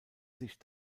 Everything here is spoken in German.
sich